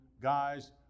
guys